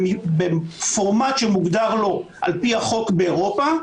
בפורמט שמוגדר לו על-פי החוק באירופה,